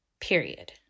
period